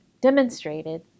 demonstrated